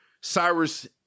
Cyrus